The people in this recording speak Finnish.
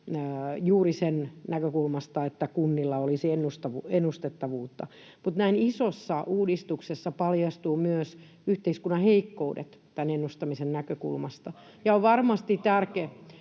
juuri siitä näkökulmasta, että kunnilla olisi ennustettavuutta. Mutta näin isossa uudistuksessa paljastuvat myös yhteiskunnan heikkoudet [Petri Hurun välihuuto] tämän ennustamisen näkökulmasta, ja on varmasti tärkeää,